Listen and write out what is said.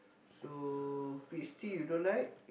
so peach tea you don't like